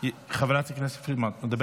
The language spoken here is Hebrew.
חברת הכנסת פרידמן, את מדברת?